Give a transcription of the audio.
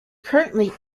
currently